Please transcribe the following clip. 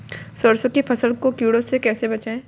सरसों की फसल को कीड़ों से कैसे बचाएँ?